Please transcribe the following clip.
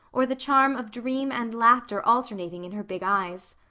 or the charm of dream and laughter alternating in her big eyes.